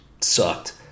sucked